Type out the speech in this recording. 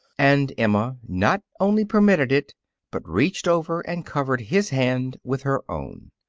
and emma not only permitted it but reached over and covered his hand with her own.